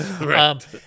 right